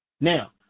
Now